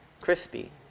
crispy